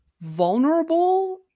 vulnerable